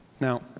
now